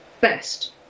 best